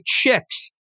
chicks